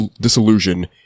disillusion